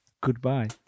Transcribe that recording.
Goodbye